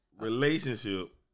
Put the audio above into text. Relationship